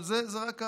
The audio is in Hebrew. אבל זאת רק ההתחלה.